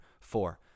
four